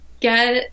get